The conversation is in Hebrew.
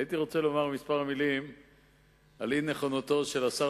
הייתי רוצה לומר כמה מלים על אי-נכונותו של השר